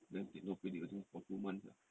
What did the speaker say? then take no pay leave I think for two months lah